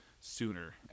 sooner